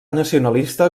nacionalista